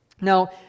Now